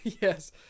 yes